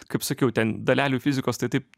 kaip sakiau ten dalelių fizikos tai taip